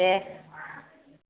दे